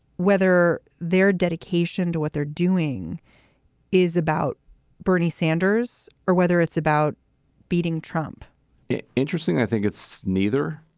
whether their dedication to what they're doing is about bernie sanders or whether it's about beating trump it's interesting. i think it's neither.